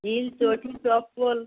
hill চটি চপ্পল